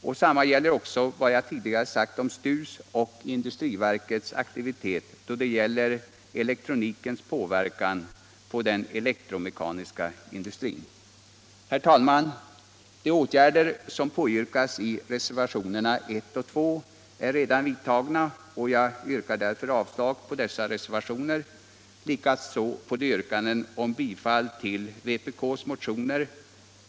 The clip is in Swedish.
Samma sak gäller vad jag tidigare sagt om STU:s och industriverkets aktivitet då det gäller elektronikens påverkan på den elektromekaniska industrin. Herr talman! De åtgärder som påyrkas i reservationerna 1 och 2 vid näringsutskottets betänkande nr 27 är redan vidtagna, och jag yrkar därför avslag på dessa reservationer, likaså på yrkandet om bifall till vpk:s motioner.